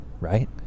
right